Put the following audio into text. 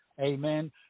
amen